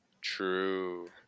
True